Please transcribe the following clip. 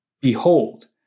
Behold